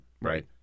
Right